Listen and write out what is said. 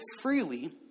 freely